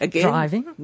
driving